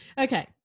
Okay